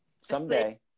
Someday